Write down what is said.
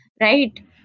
right